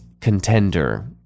Contender